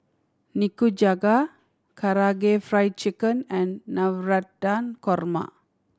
Nikujaga Karaage Fried Chicken and Navratan Korma